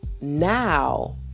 now